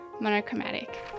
monochromatic